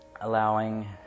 allowing